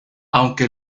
aunque